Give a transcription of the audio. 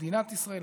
ולמדינת ישראל.